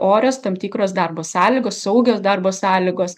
orios tam tikros darbo sąlygos saugios darbo sąlygos